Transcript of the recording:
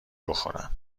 بخورم